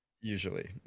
usually